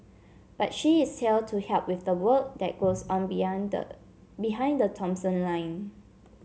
but she is here to help with the work that goes on beyond the behind the Thomson line